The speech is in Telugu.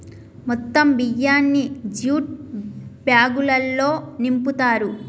మొత్తం బియ్యాన్ని జ్యూట్ బ్యాగులల్లో నింపుతారు